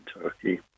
Turkey